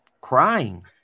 crying